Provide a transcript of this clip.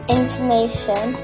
information